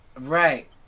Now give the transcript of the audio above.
Right